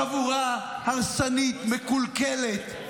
חבורה הרסנית, מקולקלת,